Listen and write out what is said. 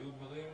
היו דברים,